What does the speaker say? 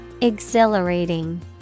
Exhilarating